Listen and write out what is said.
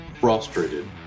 frustrated